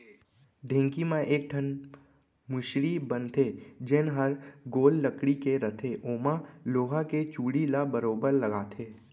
ढेंकी म एक ठन मुसरी बन थे जेन हर गोल लकड़ी के रथे ओमा लोहा के चूड़ी ल बरोबर लगाथे